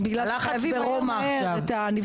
הלחץ ברומא עכשיו.